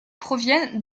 proviennent